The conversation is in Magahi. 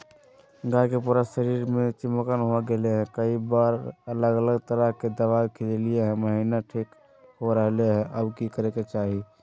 गाय के पूरा शरीर में चिमोकन हो गेलै है, कई बार अलग अलग तरह के दवा ल्गैलिए है महिना ठीक हो रहले है, अब की करे के चाही?